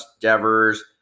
Devers